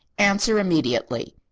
answer immediately.